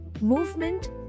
movement